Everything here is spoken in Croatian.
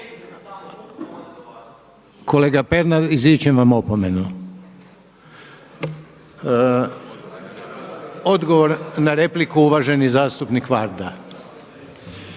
Kolega Pernar, izričem vam opomenu. Odgovor na repliku uvaženi zastupnik Varda.